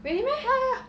ya ya ya